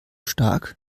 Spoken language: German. stark